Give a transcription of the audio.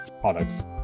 products